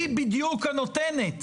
היא בדיוק הנותנת.